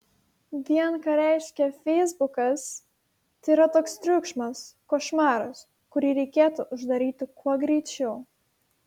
vien ką reiškia feisbukas tai yra toks triukšmas košmaras kurį reikėtų uždaryti kuo greičiau